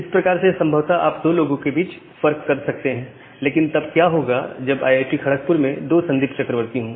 इस प्रकार से संभवत आप दो लोगों के बीच फर्क कर सकते हैं लेकिन तब क्या होगा जब आईआईटी खड़कपुर में दो संदीप चक्रवर्ती हो